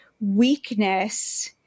weakness